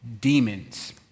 demons